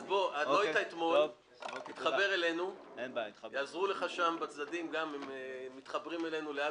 אז כשנגיע לעניין אתן לך להתייחס.